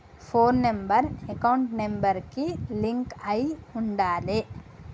పోను number account number కి link అయ్యి ఉండాలే